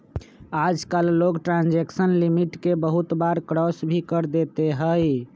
आजकल लोग transaction limit के बहुत बार क्रास भी कर देते हई